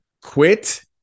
quit